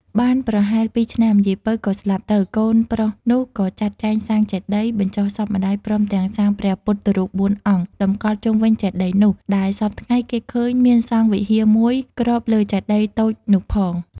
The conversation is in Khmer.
បានប្រហែលពីរឆ្នាំ យាយ ពៅ ក៏ស្លាប់ទៅ កូនប្រុសនោះ ក៏ចាត់ចែងសាងចេតិយ បញ្ចុះសពម្ដាយព្រមទាំងសាងព្រះពុទ្ធរូបបួនអង្គ តម្កល់ជុំវិញចេតិយនោះ ដែលសព្វថ្ងៃគេឃើញមានសង់វិហារមួយគ្របលើចេតិយតូចនោះផង ។